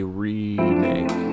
remake